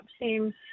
seems